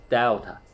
Delta 。